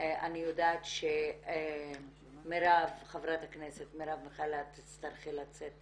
ואני יודעת שחברת הכנסת מרב מיכאלי את תצטרכי לצאת,